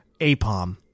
APOM